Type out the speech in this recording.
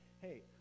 hey